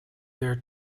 their